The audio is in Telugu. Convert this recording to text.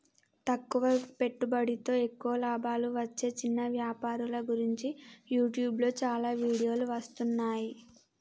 తక్కువ పెట్టుబడితో ఎక్కువ లాభాలు వచ్చే చిన్న వ్యాపారుల గురించి యూట్యూబ్లో చాలా వీడియోలు వస్తున్నాయి